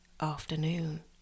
afternoon